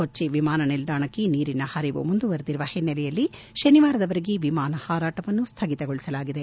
ಕೊಚ್ಚ ವಿಮಾನ ನಿಲ್ದಾಣಕ್ಕೆ ನೀರಿನ ಹರಿವು ಮುಂದುವರದಿರುವ ಹಿನ್ನೆಲೆಯಲ್ಲಿ ಶನಿವಾರದವರೆಗೆ ವಿಮಾನ ಹಾರಾಟವನ್ನು ಸ್ನಗಿತಗೊಳಿಸಲಾಗಿದೆ